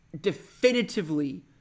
definitively